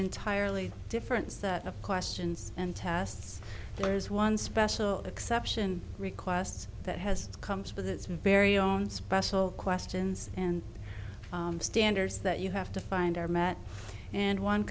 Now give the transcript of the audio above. entirely different set of questions and tests there is one special exception requests that has comes with its very own special questions and standards that you have to find are met and one